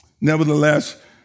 nevertheless